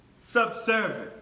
subservient